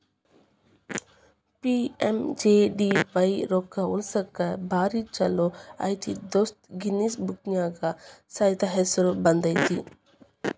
PMJDY ರೊಕ್ಕಾ ಉಳಸಾಕ ಭಾರಿ ಛೋಲೋ ಐತಿ ದೋಸ್ತ ಗಿನ್ನಿಸ್ ಬುಕ್ನ್ಯಾಗ ಸೈತ ಹೆಸರು ಬಂದೈತಿ